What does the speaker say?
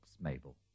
Mabel